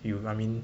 you will rub in